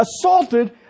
assaulted